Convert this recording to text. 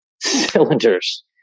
cylinders